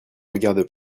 regarde